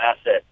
asset